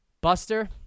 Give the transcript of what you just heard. Buster